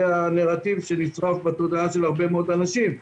זה הנרטיב שנצרב בתודעה של הרבה אנשים.